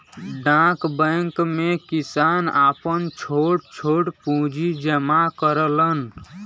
डाक बैंक में किसान आपन छोट छोट पूंजी जमा करलन